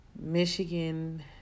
Michigan